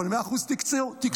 אבל 100% תקצוב זה סבבה.